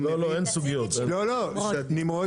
לא, אין סוגיות, נגמר